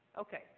Okay